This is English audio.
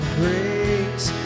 grace